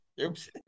Oops